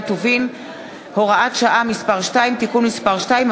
טובין (הוראת שעה מס' 2) (תיקון מס' 2),